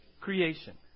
creation